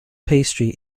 pastry